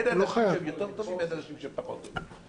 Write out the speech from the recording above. אין אנשים שהם יותר טובים ואין אנשים שהם פחות טובים.